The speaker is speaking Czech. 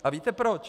A víte proč?